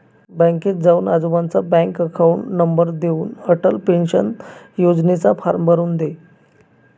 बँकेत जाऊन आजोबांचा बँक अकाउंट नंबर देऊन, अटल पेन्शन योजनेचा फॉर्म भरून दे